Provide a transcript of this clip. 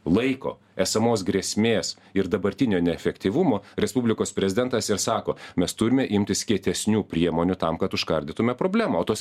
laiko esamos grėsmės ir dabartinio neefektyvumo respublikos prezidentas ir sako mes turime imtis kietesnių priemonių tam kad užkardytume problemą o tos